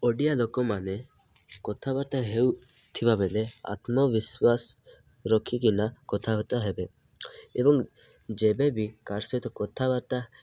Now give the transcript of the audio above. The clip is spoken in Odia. ଓଡ଼ିଆ ଲୋକମାନେ କଥାବାର୍ତ୍ତା ହେଉଥିବା ବେଲେ ଆତ୍ମବିଶ୍ୱାସ ରଖିକିନା କଥାବାର୍ତ୍ତା ହେବେ ଏବଂ ଯେବେ ବି କାର୍ ସହିତ କଥାବାର୍ତ୍ତା